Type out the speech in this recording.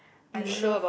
I love